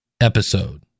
episode